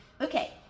okay